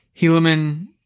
Helaman